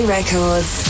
Records